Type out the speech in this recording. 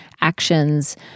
actions